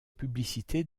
publicité